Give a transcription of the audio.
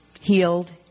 healed